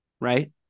right